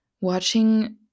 watching